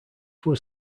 was